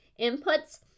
inputs